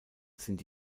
sind